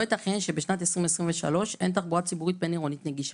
לא ייתכן שבשנת 2023 אין תחבורה ציבורית בין-עירונית נגישה.